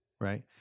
right